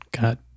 got